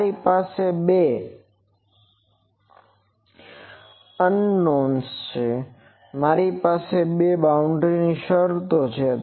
મારી પાસે બે અનનોવ્ન છે મારી પાસે બે બાઉન્ડ્રી શરતો છે